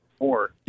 more